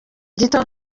gito